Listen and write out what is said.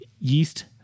yeast